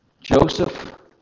Joseph